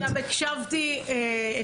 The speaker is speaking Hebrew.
הקשבתי.